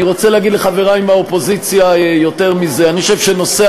אני רוצה להגיד לחברי מהאופוזיציה יותר מזה: אני חושב שנושא